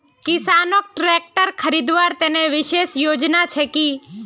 किसानोक ट्रेक्टर खरीदवार तने विशेष योजना छे कि?